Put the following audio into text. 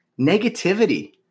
negativity